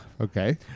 Okay